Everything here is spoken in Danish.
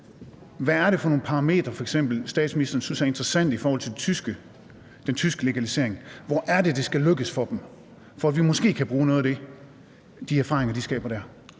f.eks. er for nogle parametre, som statsministeren synes er interessante i forhold til den tyske legalisering. Hvor er det, at det skal lykkes for dem, for at vi måske kan bruge nogle af de erfaringer, som de skaber dér?